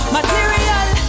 Material